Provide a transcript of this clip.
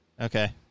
Okay